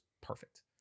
perfect